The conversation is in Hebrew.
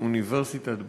מאוניברסיטת בר-אילן,